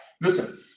Listen